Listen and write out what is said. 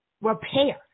repair